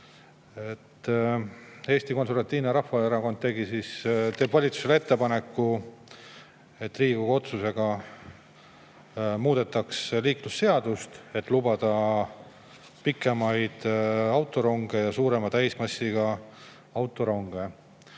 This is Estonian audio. Eesti Konservatiivne Rahvaerakond teeb valitsusele ettepaneku, et Riigikogu otsusega muudetaks liiklusseadust, et lubada [teedele] pikemaid autoronge ja suurema täismassiga autoronge.